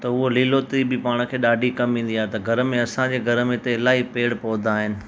त उहो लीलोतरी बि पाण खे ॾाढी कमु ईंदी आहे त घर में असांजे घर में त इलाही पेड़ पौधा आहिनि